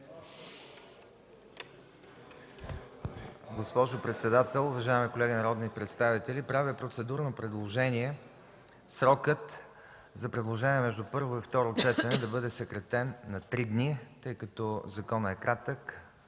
Госпожо председател, уважаеми колеги народни представители! Правя процедурно предложение срокът за предложения между първо и второ четене да бъде съкратен на три дни, тъй като законът е кратък.